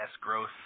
growth